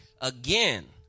Again